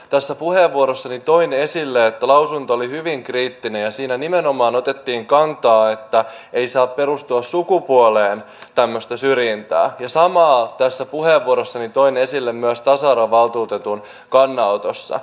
tässä puheenvuorossani toin esille että lausunto oli hyvin kriittinen ja siinä nimenomaan otettiin kantaa että ei saa perustua sukupuoleen tämmöistä syrjintää ja samaa tässä puheenvuorossani toin esille myös tasa arvovaltuutetun kannanotosta